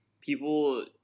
people